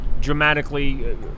dramatically